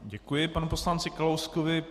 Děkuji panu poslanci Kalouskovi.